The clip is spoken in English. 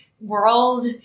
world